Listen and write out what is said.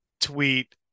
tweet